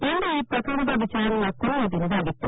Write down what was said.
ಇಂದು ಈ ಪ್ರಕರಣದ ವಿಚಾರಣೆಯ ಕೊನೆಯ ದಿನವಾಗಿತ್ತು